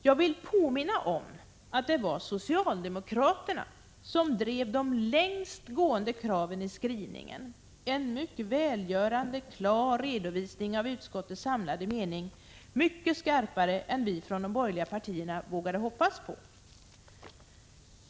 Jag vill påminna om att det var socialdemokraterna som drev de längst gående kraven i skrivningen — en mycket välgörande och klar redovisning av utskottets samlade mening, mycket skarpare än vad vi från de borgerliga partierna vågat hoppas på.